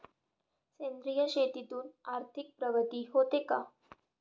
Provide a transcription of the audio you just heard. सेंद्रिय शेतीतून आर्थिक प्रगती होते का?